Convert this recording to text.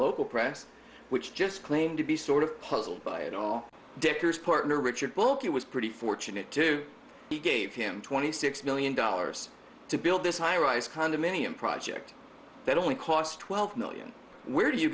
local press which just claimed to be sort of puzzled by it all dickerson partner richard woolcott was pretty fortunate to he gave him twenty six million dollars to build this high rise condominium project that only cost twelve million where do you